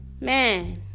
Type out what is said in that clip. man